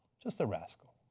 just a rascal.